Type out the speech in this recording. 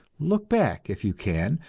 look back, if you can,